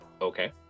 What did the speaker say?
Okay